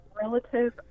relative